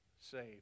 saved